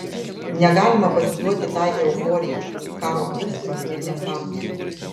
negalima pasiduoti tai euforijai karo kurstymui ir nesantaikai